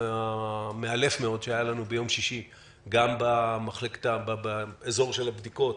המאלף שהיה לנו ביום שישי גם באזור של הבדיקות